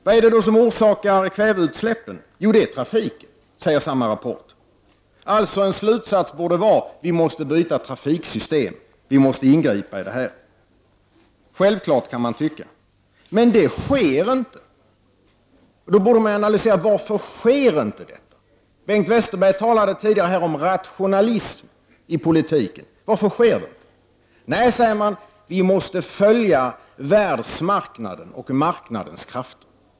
Vad är det som orsakar kväveoxidutsläppen? Jo, det är enligt samma rapport från naturvårdsverket trafiken. Då borde man kunna dra slutsatsen: Vi måste byta trafiksystem. Vi måste ingripa. Självklart — kan man tycka. Men det sker inte. Då borde man analysera varför det inte sker. Bengt Westerberg talade tidigare om rationalism i politiken. Varför sker ingenting? Nej, säger man, vi måste följa världsmarknaden och marknadens krafter.